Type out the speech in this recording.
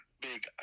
big